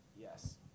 Yes